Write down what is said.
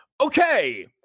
okay